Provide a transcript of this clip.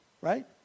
right